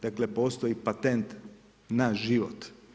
Dakle postoji patent na život.